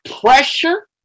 pressure